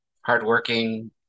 Hardworking